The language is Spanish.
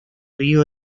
río